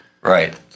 Right